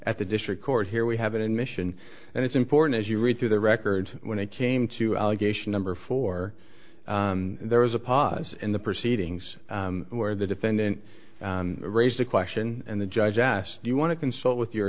at the district court here we have an admission and it's important as you read through the record when it came to allegation number four there was a pause in the proceedings where the defendant raised the question and the judge asked do you want to consult with your